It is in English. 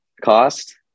cost